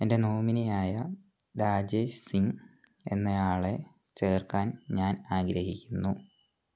എൻ്റെ നോമിനിയായ രാജേഷ് സിംഗ് എന്നയാളെ ചേർക്കാൻ ഞാൻ ആഗ്രഹിക്കുന്നു